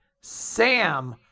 Sam